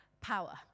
power